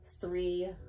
three